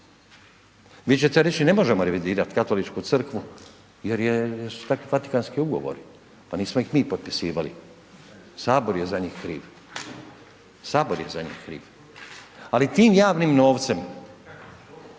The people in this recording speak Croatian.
Vi ćete reći ne možemo revidirat Katoličku crkvu jer su takvi Vatikanski ugovori, pa nismo ih mi potpisivali, HS je za njih kriv, HS je za njih kriv. Ali tim javnim novcem,